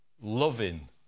loving